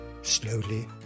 Slowly